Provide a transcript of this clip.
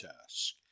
task